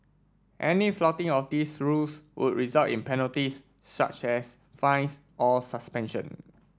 any flouting of these rules would result in penalties such as fines or suspension